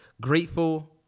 grateful